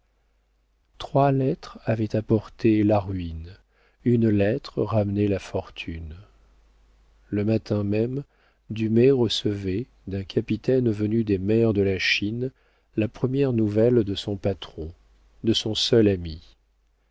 trois lettres avaient apporté la ruine une lettre ramenait la fortune le matin même dumay recevait d'un capitaine venu des mers de la chine la première nouvelle de son patron de son seul ami